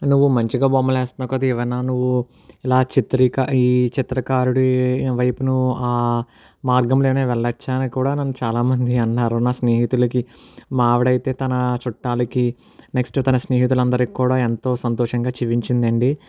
నువ్వు మంచిగా బొమ్మలు వేస్తానవు కదా ఏవైనా నువ్వు ఇలా చిత్రి ఈ చిత్రకారుడు వైపును మార్గంలోనే వెళ్ళొచ్చా అని కూడా నన్ను చాలామంది అన్నారు నా స్నేహితులకి మా ఆవిడ అయితే తన చుట్టాలకి నెక్స్ట్ తన స్నేహితులు అందరికి కూడా ఎంతో సంతోషంగా చూపించిందండి